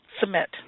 submit